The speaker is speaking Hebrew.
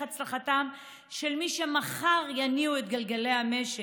הצלחתם של מי שמחר יניעו את גלגלי המשק,